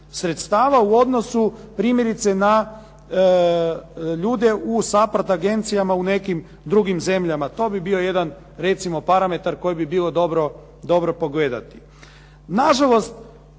sredstava u odnosu primjerice na ljude u SAPARD agencijama u nekim drugim zemljama. To bi bio jedan recimo parametar koji bi bilo dobro pogledati. Nažalost,